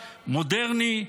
מודרני,